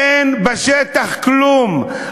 אין בשטח כלום.